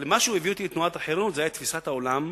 אבל מה שהביא אותי לתנועת החרות היה תפיסת העולם